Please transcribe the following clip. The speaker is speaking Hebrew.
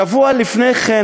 שבוע לפני כן,